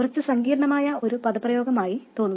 കുറച്ച് സങ്കീർണ്ണമായ ഒരു എക്സ്പ്രെഷനായി തോന്നുന്നു